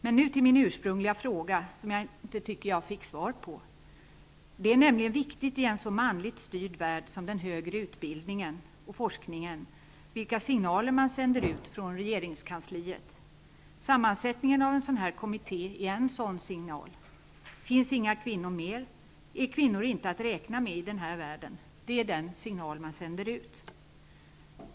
Men nu till min ursprungliga fråga, som jag inte tycker att jag fick svar på. Det är viktigt i en så manligt styrd värld som den högre utbildningen och forskningen med vilka signaler som sänds ut från regeringskansliet. Sammansättningen av en sådan här kommitté är en sådan signal. Finns inte några kvinnor med är kvinnor inte att räkna med i denna värld. Det är den signal som sänds ut.